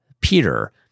Peter